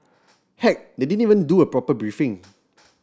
heck they didn't even do a proper briefing